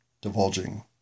divulging